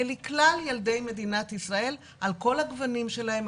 לכלל ילדי מדינת ישראל על כל הגוונים שלהם,